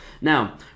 Now